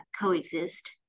coexist